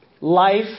life